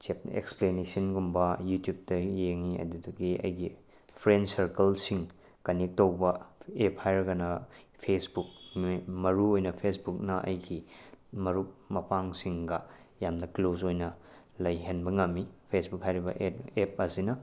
ꯑꯦꯛꯁꯄ꯭ꯂꯦꯟꯅꯦꯁꯟꯒꯨꯝꯕ ꯌꯨꯇ꯭ꯌꯨꯞꯇ ꯌꯦꯡꯏ ꯑꯗꯨꯗꯒꯤ ꯑꯩꯒꯤ ꯐ꯭ꯔꯦꯟ ꯁꯔꯀꯜꯁꯤꯡ ꯀꯟꯅꯦꯛ ꯇꯧꯕ ꯑꯦꯞ ꯍꯥꯏꯔꯒꯅ ꯐꯦꯁꯕꯨꯛ ꯃꯔꯨ ꯑꯣꯏꯅ ꯐꯦꯁꯕꯨꯛꯅ ꯑꯩꯒꯤ ꯃꯔꯨꯞ ꯃꯄꯥꯡꯁꯤꯡꯒ ꯌꯥꯝꯅ ꯀ꯭ꯂꯣꯁ ꯑꯣꯏꯅ ꯂꯩꯍꯟꯕ ꯉꯝꯃꯤ ꯐꯦꯁꯕꯨꯛ ꯍꯥꯏꯔꯤꯕ ꯑꯦꯞ ꯑꯁꯤꯅ